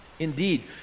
Indeed